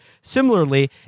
Similarly